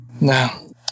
No